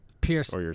Pierce